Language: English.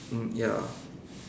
mm ya